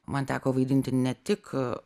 man teko vaidinti ne tik